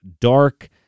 dark